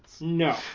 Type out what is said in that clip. No